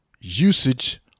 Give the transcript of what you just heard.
usage